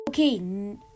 Okay